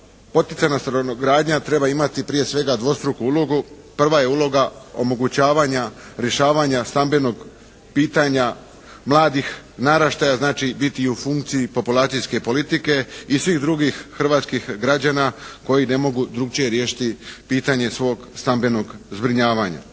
poticajna stanogradnja treba imati prije svega dvostruku ulogu. Prva je uloga omogućavanja rješavanja stambenog pitanja mladih naraštaja, znači i biti u funkciji populacijske politike i svih drugih hrvatskih građana koji ne mogu drukčije riješiti pitanje svog stambenog zbrinjavanja.